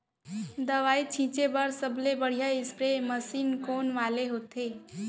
दवई छिंचे बर सबले बढ़िया स्प्रे मशीन कोन वाले होथे?